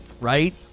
Right